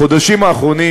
בחודשים האחרונים,